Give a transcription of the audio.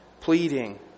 pleading